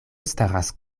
staras